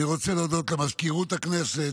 אני רוצה להודות למזכירות הכנסת,